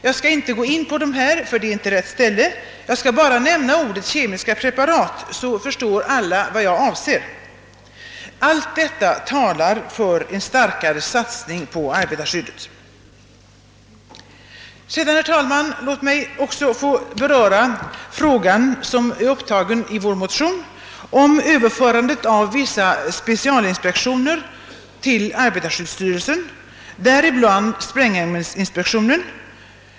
Jag skall inte gå in på dem här, ty det är inte rätt tillfälle; jag skall bara nämna begreppet kemiska preparat, så förstår alla vad jag avser. Allt detta talar för en starkare satsning på arbetarskyddet. Herr talman! Låt mig också beröra frågan — som är upptagen i vår motion — om Ööverförande av vissa specialinspektioner till arbetarskyddsstyrelsen, däribland sprängämnesinspektionen.